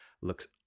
looks